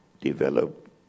develop